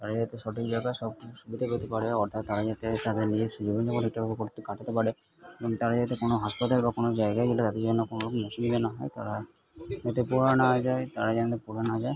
তারা যাতে সঠিক সবকিছু সুবিধা পেতে পারে অর্থাৎ তারা যাতে তাদের নিজের কাটাতে পারে এবং তারা যাতে কোনো হাসপাতাল বা কোনো জায়গায় গেলে তাদের যেন কোনো রকম অসুবিধা না হয় তারা যাতে পড়ে না যায় তারা যেন পড়ে না যায়